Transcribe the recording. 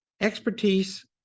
expertise